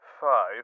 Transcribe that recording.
five